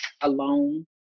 alone